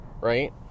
right